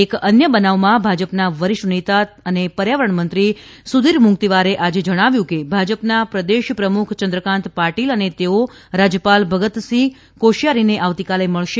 એક અન્ય બનાવમાં ભાજપના વરિષ્ઠ નેતા અને પર્યાવરણમંત્રી સુધીર મુંગતીવારે આજે જણાવ્યું કે ભાજપના પ્રદેશ પ્રમુખ ચંદ્રકાંત પાટીલ અને તેઓ રાજયપાલ ભગતસિંહ કોશિયારીને આવતીકાલે મળશે